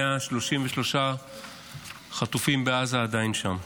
133 חטופים בעזה עדיין שם.